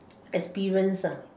experience ah